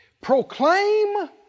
Proclaim